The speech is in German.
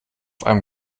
einem